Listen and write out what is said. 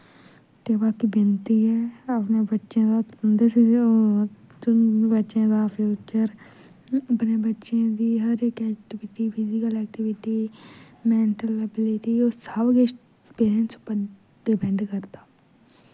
ते बाकी विनती ऐ अपने बच्चें दा तुंदे स गै ओ तुं'दे बच्चें दा फ्यूचर अपने बच्चें दी हर इक activity physical activity mental ability ओह् सब किश पेरैंटस उप्पर डिपैंड करदा